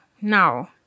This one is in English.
Now